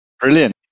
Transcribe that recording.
Brilliant